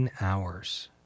hours